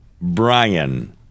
Brian